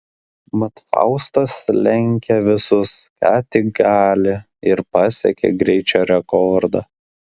mat faustas lenkia visus ką tik gali ir pasiekia greičio rekordą